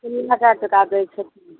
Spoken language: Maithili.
तीन हजार टाका दै छथिन